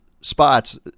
spots